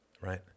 Right